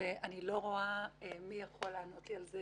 ואני לא רואה מי יכול לענות לי על זה